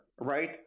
right